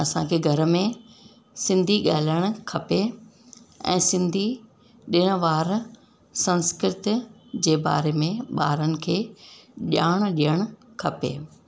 असांखे घर में सिंधी ॻाल्हाइण खपे ऐं सिंधी ॾिण वार संस्कृत जे बारे में ॿारनि खे ॼाण ॾियणु खपे